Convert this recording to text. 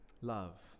love